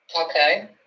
Okay